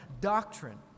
doctrine